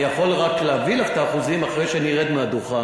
אני יכול רק להביא לך את האחוזים אחרי שאני ארד מהדוכן.